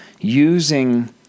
using